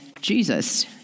jesus